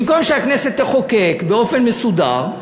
במקום שהכנסת תחוקק באופן מסודר,